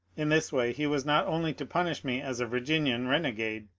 in this way he was not only to punish me as a virginian rene gade,